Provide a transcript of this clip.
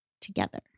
together